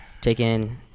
Taking